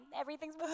Everything's